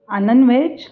Anand veg